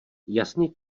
jasně